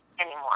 anymore